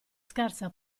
scarsa